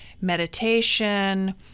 meditation